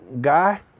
Guy